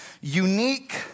unique